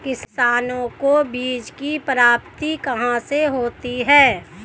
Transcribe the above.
किसानों को बीज की प्राप्ति कहाँ से होती है?